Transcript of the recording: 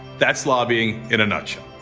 that's lobbying in a nutshell.